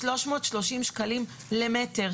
330 שקלים למטר,